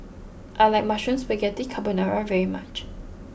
I like Mushroom Spaghetti Carbonara very much